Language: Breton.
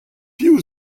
piv